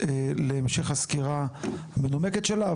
להמשך הסקירה המנומקת שלה,